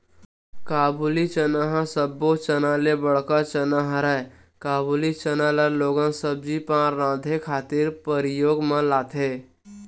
काबुली चना ह सब्बो चना ले बड़का चना हरय, काबुली चना ल लोगन सब्जी पान राँधे खातिर परियोग म लाथे